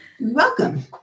welcome